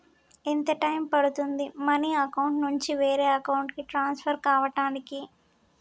ఎంత టైం పడుతుంది money account నుంచి వేరే అకౌంట్ కి ట్రాన్స్ఫర్ కావటానికి?